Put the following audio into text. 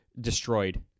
Destroyed